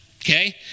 Okay